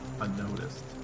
unnoticed